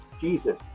Jesus